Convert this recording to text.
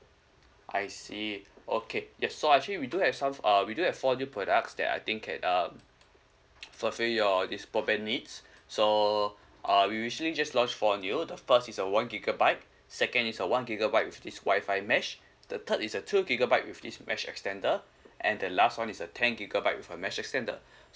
I see okay yes so uh actually we do have some F~ uh we do have four new products that I think ca~ uh fulfil your this broadband needs so uh we recently just launched four new the first is a one gigabyte second is a one gigabyte with this Wi-Fi mesh the third is a two gigabyte with this mesh extender and the last [one] is a ten gigabyte with a mesh extender